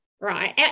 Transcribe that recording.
right